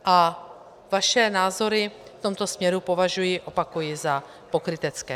A vaše názory v tomto směru považuji, opakuji, za pokrytecké.